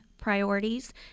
priorities